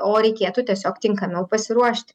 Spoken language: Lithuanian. o reikėtų tiesiog tinkamiau pasiruošti